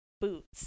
boots